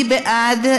מי בעד?